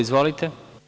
Izvolite.